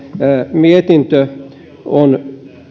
mietintö on